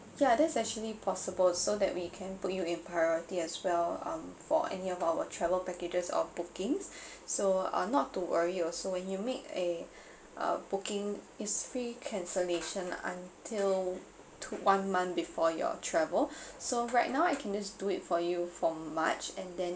yeah that's actually possible so that we can put you in priority as well um for any of our travel packages of booking so uh not to worry also when you make a a booking it's free cancellation until two one month before your travel so right now I can just do it for you for march and then